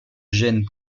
gênes